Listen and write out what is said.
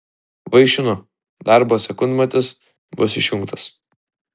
vaišinu darbo sekundmatis bus išjungtas